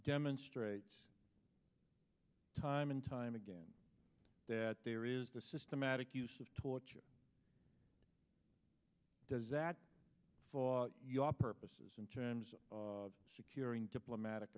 demonstrates time and time again that there is the systematic use of torture does that for your purposes in terms of securing diplomatic